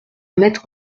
mettre